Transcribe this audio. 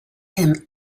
him